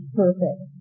perfect